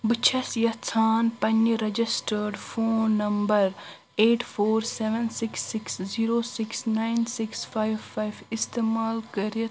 بہٕ چھیٚس یَژھان پَننہِ registered phone number eight four seven six six zero six nine six five five اِستعمال کٔرِتھ